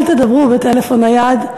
אל תדברו בטלפון נייד,